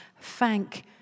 Thank